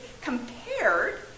compared